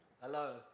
Hello